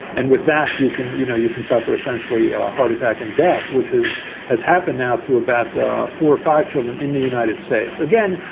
and with that, you can you know, you can suffer essentially a heart attack and death, which is has happened now to about four or five children in the united states. again,